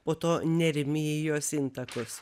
po to nerimi į jos intakus